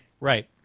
Right